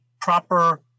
proper